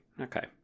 Okay